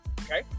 okay